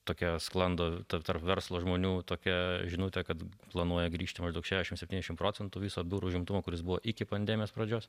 tokia sklando tarp tarp verslo žmonių tokia žinutė kad planuoja grįžti maždaug šešiasdešimt septyniasdešimt procentų viso biurų užimtumo kuris buvo iki pandemijos pradžios